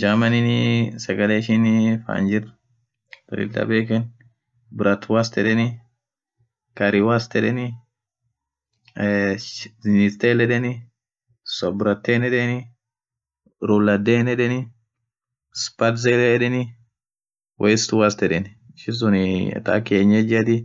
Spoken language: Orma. Germaninin sagale ishini fan jirthu thaa lila bekhenu brath wast yedheni carry wast yedheni ee stell yedheni sobrah ten yedheni ruller dhen yedheni sparks yedheni west wast ishin suun thaa akaa kinyejiathi